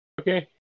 Okay